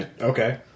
Okay